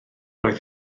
oedd